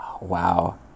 Wow